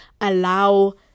allow